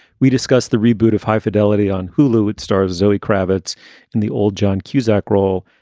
we discuss the reboot of high fidelity on hulu. it stars zoe kravitz and the old john cusack role.